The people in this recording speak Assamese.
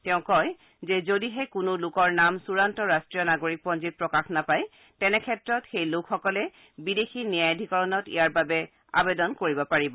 তেওঁ কয় যে যদিহে কোনো লোকৰ নাম চূডান্ত ৰাষ্ট্ৰীয় নাগৰিকপঞ্জীত প্ৰকাশ নাপায় তেনেক্ষেত্ৰত সেই লোকসকলে বিদেশী ন্যায়াধীকৰণত ইয়াৰ বাবে আবেদন কৰিব পাৰিব